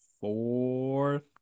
fourth